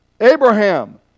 Abraham